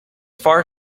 far